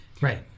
Right